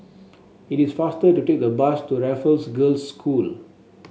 it is faster to take the bus to Raffles Girls' School